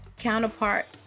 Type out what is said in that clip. counterpart